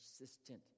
persistent